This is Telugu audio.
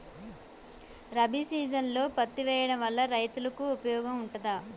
రబీ సీజన్లో పత్తి వేయడం వల్ల రైతులకు ఉపయోగం ఉంటదా?